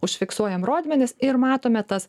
užfiksuojam rodmenis ir matome tas